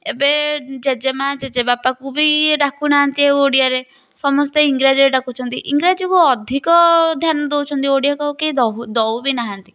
ଏବେ ଜେଜେମାଆ ଜେଜେବାପାକୁ ବି ଇଏ ଡ଼ାକୁନାହାନ୍ତି ଆଉ ଓଡ଼ିଆରେ ସମସ୍ତେ ଇଂରାଜୀରେ ଡ଼ାକୁଛନ୍ତି ଇଂରାଜୀକୁ ଅଧିକ ଧ୍ୟାନ ଦେଉଛନ୍ତି ଓଡ଼ିଆକୁ ଆଉ କେହି ଦହୁ ଦେଉ ବି ନାହାନ୍ତି